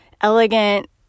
elegant